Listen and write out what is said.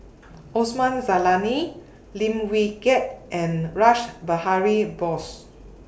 Osman Zailani Lim Wee Kiak and Rash Behari Bose